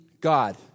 God